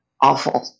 awful